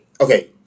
okay